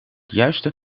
juiste